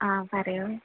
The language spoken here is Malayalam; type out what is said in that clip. ആ പറയൂ